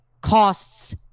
costs